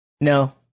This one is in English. no